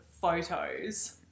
Photos